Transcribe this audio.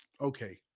okay